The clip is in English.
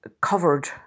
covered